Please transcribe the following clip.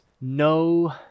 no